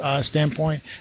standpoint